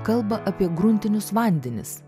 kalba apie gruntinius vandenis